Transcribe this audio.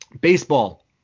Baseball